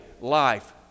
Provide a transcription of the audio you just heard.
life